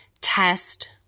test